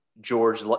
George